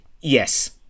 yes